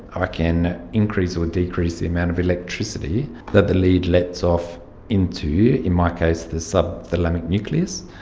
i can increase or decrease the amount of electricity that the lead lets off into, in my case, the subthalamic nucleus,